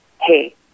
hey